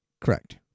correct